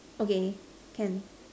okay can